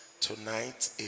tonight